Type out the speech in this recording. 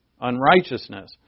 unrighteousness